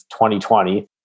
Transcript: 2020